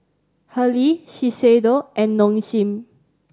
Hurley Shiseido and Nong Shim